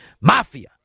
Mafia